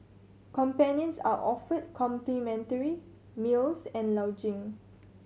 companions are offered complimentary meals and lodging